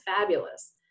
fabulous